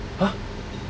!huh!